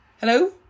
Hello